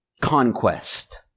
conquest